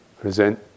present